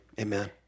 Amen